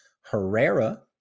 Herrera